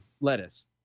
lettuce